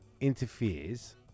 interferes